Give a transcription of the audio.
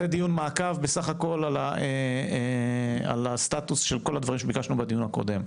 זה דיון מעקב בסך הכול על הסטטוס של כל הדברים שביקשנו בדיון הקודם,